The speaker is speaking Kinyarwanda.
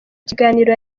kiganiro